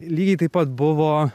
lygiai taip pat buvo